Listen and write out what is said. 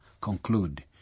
conclude